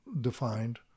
defined